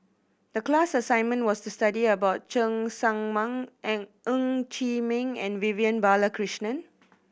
the class assignment was to study about Cheng Tsang Man and Ng Chee Meng and Vivian Balakrishnan